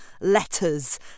letters